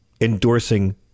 endorsing